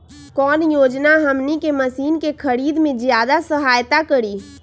कौन योजना हमनी के मशीन के खरीद में ज्यादा सहायता करी?